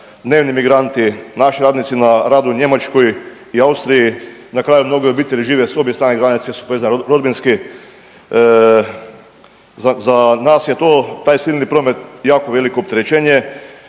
dnevni migranti, naši radnici na radu u Njemačkoj i Austriji, na kraju mnoge obitelji žive s obje stane granice jer su vezani rodbinski, za nas je to, taj silni promet jako veliko opterećenje